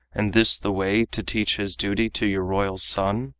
and this the way to teach his duty to your royal son?